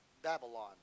Babylon